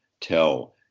tell